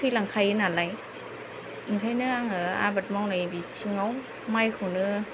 थैलांखायो नालाय ओंखायनो आङो आबाद मावनाय बिथिङाव मायखौनो